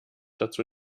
dazu